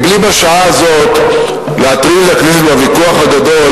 בלי להטריד בשעה הזאת את הכנסת בוויכוח הגדול,